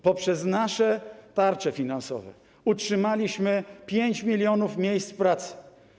Poprzez nasze tarcze finansowe utrzymaliśmy 5 mln miejsc pracy.